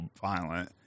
violent